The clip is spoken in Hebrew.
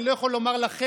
אני לא יכול לומר "לכם",